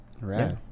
Right